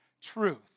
Truth